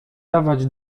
dawać